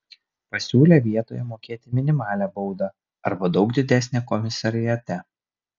pasiūlė vietoj mokėti minimalią baudą arba daug didesnę komisariate